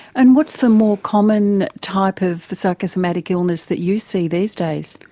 and what's the more common type of psychosomatic illness that you see these days?